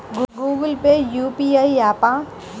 Google Pay UPI య్యాపా?